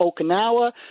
Okinawa